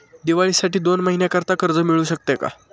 दिवाळीसाठी दोन महिन्याकरिता कर्ज मिळू शकते का?